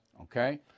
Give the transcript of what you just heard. okay